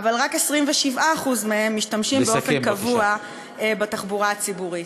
אבל רק 27% מהם משתמשים באופן קבוע בתחבורה הציבורית.